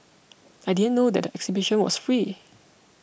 I didn't know that the exhibition was free